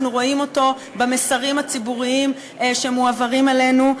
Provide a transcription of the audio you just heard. אנחנו רואים אותו במסרים הציבוריים שמועברים אלינו.